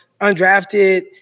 undrafted